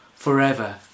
forever